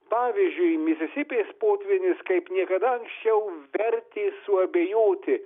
pavyzdžiui misisipės potvynis kaip niekada anksčiau vertė suabejoti